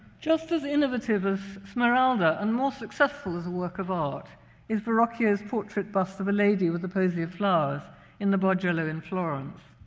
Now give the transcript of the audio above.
just as innovative as smeralda and more successful as a work of art is verrocchio's portrait bust of a lady with a posy of flowers in the bargello in florence.